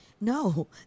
no